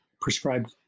prescribed